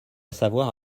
savoir